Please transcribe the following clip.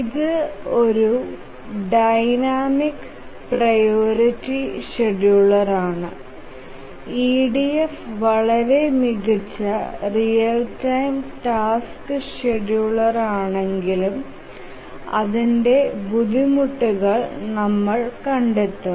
ഇത് ഒരു dynamic priority ഷെഡ്യൂളറാണ് EDF വളരെ മികച്ച റിയൽ ടൈം ടാസ്ക് ഷെഡ്യൂളറാണെങ്കിലും അതിന്റെ ബുദ്ധിമുട്ടുകൾ നമ്മൾ കണ്ടെത്തും